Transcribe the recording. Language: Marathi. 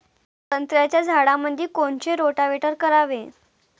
संत्र्याच्या झाडामंदी कोनचे रोटावेटर करावे?